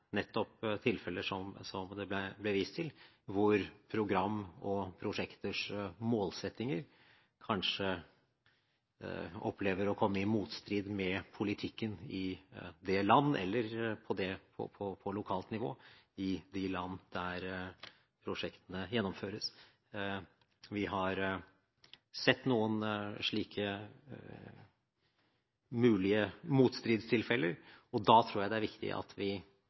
nettopp tilfeller som det ble vist til, hvor program og prosjekters målsettinger kanskje opplever å komme i motstrid med politikken på lokalt nivå i de landene prosjektene gjennomføres. Vi har sett noen slike mulige motstridstilfeller, og da tror jeg det er viktig at vi